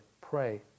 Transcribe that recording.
Pray